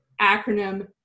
acronym